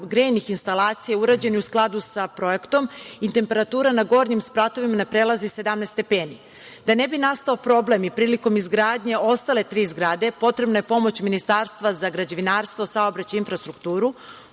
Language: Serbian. grejnih instalacija urađeni u skladu sa projektom i temperatura na gornjim spratovima ne prelazi 17 stepeni. Da ne bi nastao problem i prilikom izgradnje ostale tri zgrade, potrebna je pomoć Ministarstva za građevinarstvo, saobraćaj i infrastrukturu